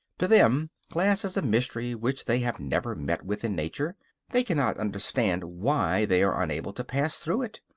to them glass is a mystery which they have never met with in nature they cannot understand why they are unable to pass through it,